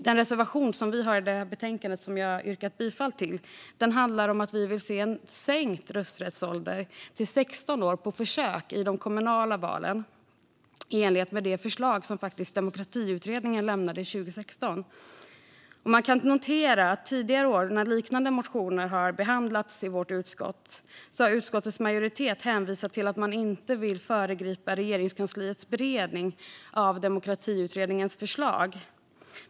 Den reservation vi har i betänkandet som jag har yrkat bifall till handlar om att vi vill se en sänkt rösträttsålder till 16 år på försök i de kommunala valen, i enlighet med det förslag som Demokratiutredningen lämnade 2016. Man kan notera att tidigare år när liknande motioner har behandlats i vårt utskott har utskottets majoritet hänvisat till att man inte vill föregripa Regeringskansliets beredning av Demokratiutredningens förslag.